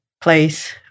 place